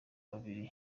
babiri